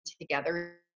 together